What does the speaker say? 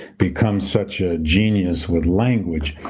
become such a genius with language.